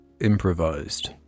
improvised